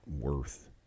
worth